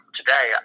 today